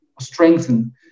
strengthen